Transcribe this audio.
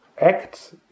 act